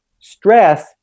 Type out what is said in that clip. Stress